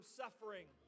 suffering